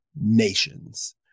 nations